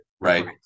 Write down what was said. right